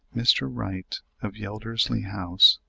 mr. wright of yeldersley house,